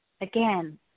Again